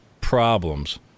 problems